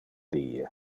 die